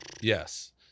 Yes